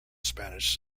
spanish